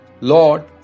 Lord